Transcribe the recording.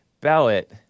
ballot